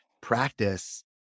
practice